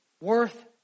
worth